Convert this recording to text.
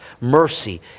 mercy